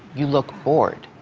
you look bored,